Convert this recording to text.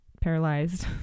paralyzed